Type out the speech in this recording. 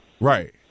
Right